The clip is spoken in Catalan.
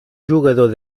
jugador